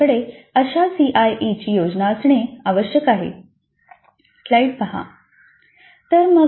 तर आमच्याकडे अशी सीआयईची योजना असणे आवश्यक आहे